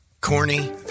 Corny